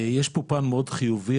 יש פה פן מאוד חיובי,